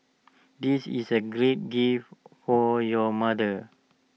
this is A great gift for your mother